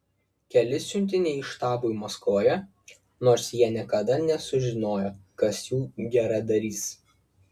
keli siuntiniai štabui maskvoje nors jie niekada nesužinojo kas jų geradarys